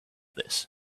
this